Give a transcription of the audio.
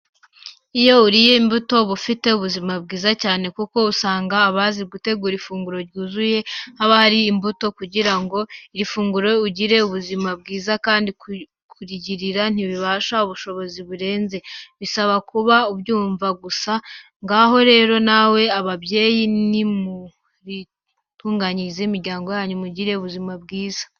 Iyo uriye imbuto uba ufite ubuzima bwiza cyane kuko usanga abazi gutegura ifunguro ryuzuye, haba harimo imbuto kugira ngo urifunguye agire ubuzima bwiza kandi kurigira ntibisaba ubushobozi burenze, bisaba kuba ubyumva gusa. Ngaho rero namwe babyeyi nimuritunganyirize imiryango yanyu mugire ubuzima bwiza.